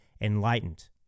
enlightened